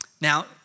Now